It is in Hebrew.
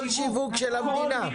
כל שיווק של המדינה.